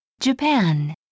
Japan